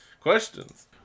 Questions